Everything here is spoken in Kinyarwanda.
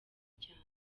cyane